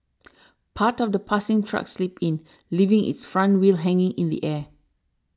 part of the passing truck slipped in leaving its front wheels hanging in the air